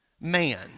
man